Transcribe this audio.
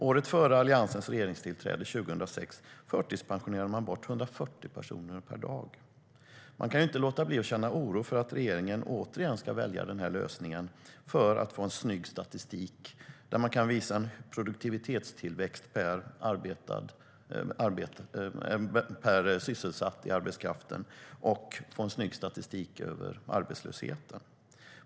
Året före Alliansens regeringstillträde 2006 förtidspensionerades 140 personer bort per dag. Man kan inte låta bli att känna oro för att regeringen återigen ska välja den lösningen för att få en snygg statistik, där den kan visa produktivitetstillväxt per sysselsatt i arbetskraften och få en snygg statistik över arbetslösheten.